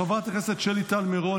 חברת הכנסת שלי טל מירון,